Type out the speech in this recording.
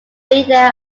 leader